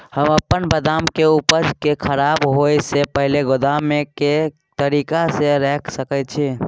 हम अपन बदाम के उपज के खराब होय से पहिल गोदाम में के तरीका से रैख सके छी?